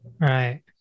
Right